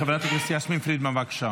חברת הכנסת יסמין פרידמן, בבקשה.